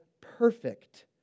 perfect